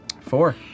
Four